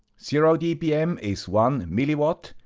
zero dbm is one milliwatt,